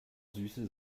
süße